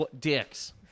Dicks